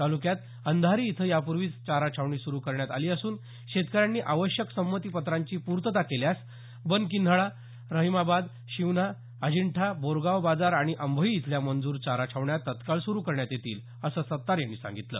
तालुक्यात अंधारी इथं यापूर्वीच चारा छावणी सुरू करण्यात आली असून शेतकऱ्यांनी आवश्यक संमती पत्रांची पूर्तता केल्यास बनकिन्होळा रहिमाबाद शिवना अजिंठा बोरगाव बाजार आणि अंभई इथल्या मंजूर चारा छावण्या तत्काळ सुरू करण्यात येतील असं सत्तार यांनी सांगितलं